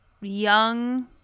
young